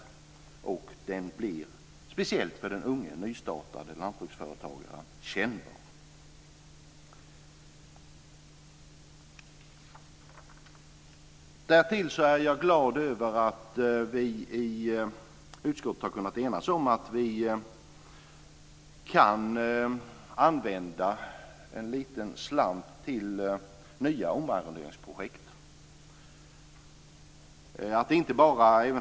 Den blir kännbar speciellt för den unge nystartade lantbruksföretagaren. Därtill är jag glad över att vi i utskottet har kunnat enas om att vi kan använda en liten slant till nya omarronderingsprojekt.